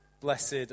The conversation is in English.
Blessed